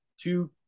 two